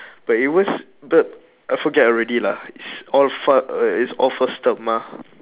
but it was but I forget already lah it's all fa~ it's all first term mah